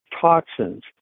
toxins